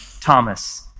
Thomas